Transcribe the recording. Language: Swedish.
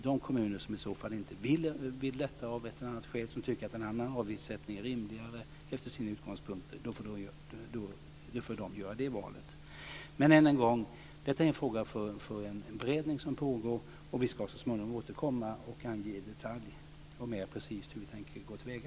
De kommuner som inte vill detta av ett eller annat skäl, som tycker att en annan avgiftssättning är rimligare efter sin utgångspunkt, får göra det valet. Men än en gång, detta är en fråga för en beredning som pågår. Vi ska så småningom återkomma. Då kan vi ge detaljer och tala om mer precist hur vi tänker gå till väga.